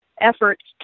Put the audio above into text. efforts